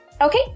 Okay